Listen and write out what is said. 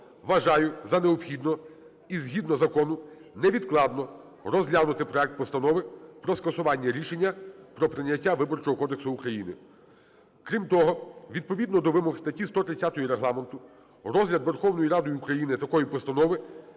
вважаю за необхідне і згідно закону невідкладно розглянути проект Постанови про скасування рішення про прийняття Виборчого кодексу України. Крім того, відповідно до вимог статті 130 Регламенту розгляд Верховною Радою України такої постанови